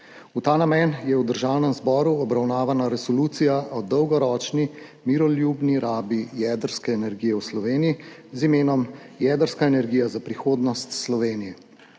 V ta namen je v Državnem zboru obravnavana Resolucija o dolgoročni miroljubni rabi jedrske energije v Sloveniji z imenom Jedrska energija za prihodnost Slovenije,